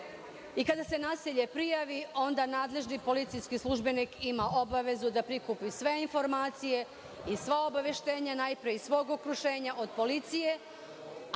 i kada se nasilje prijavi, onda nadležni policijski službenik ima obavezu da prikupi sve informacije i sva obaveštenja, najpre iz svog okruženja, od policije,